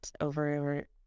over